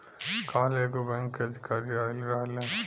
काल्ह एगो बैंक के अधिकारी आइल रहलन